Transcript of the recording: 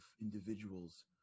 individuals